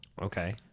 Okay